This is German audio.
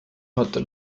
hat